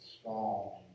strong